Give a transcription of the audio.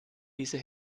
diese